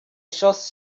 shots